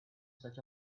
such